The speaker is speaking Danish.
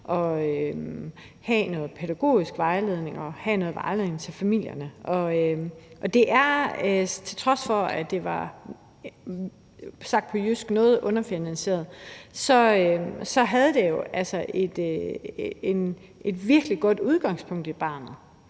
at have noget pædagogisk vejledning og have noget vejledning til familierne, og til trods for at det var – sagt på jysk – noget underfinansieret, havde det jo et virkelig godt udgangspunkt i barnet,